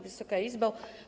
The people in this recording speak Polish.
Wysoka Izbo!